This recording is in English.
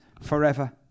forever